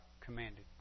commanded